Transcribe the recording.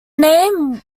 name